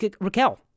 Raquel